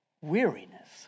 weariness